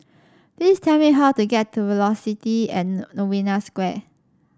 please tell me how to get to Velocity and Novena Square